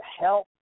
help